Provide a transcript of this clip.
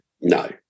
No